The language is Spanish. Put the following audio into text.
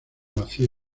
vacío